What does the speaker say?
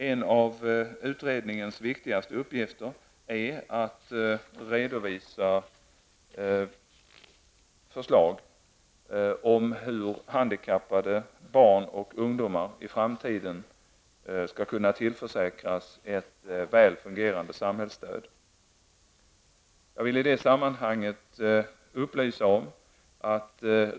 En av utredningens viktigaste uppgifter är att redovisa förslag om hur handikappade barn och ungdomar i framtiden skall kunna tillförsäkras ett väl fungerande samhällsstöd.